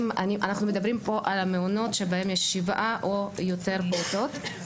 אנחנו מדברים פה על המעונות שבהם יש שבעה או יותר פעוטות.